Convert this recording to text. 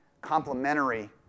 complementary